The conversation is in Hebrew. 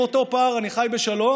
ועם אותו פער אני חי בשלום,